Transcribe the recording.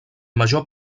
major